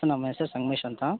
sir ನಮ್ಮೆಸ್ರು ಸಂಗಮೇಶ್ ಅಂತ